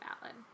valid